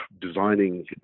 designing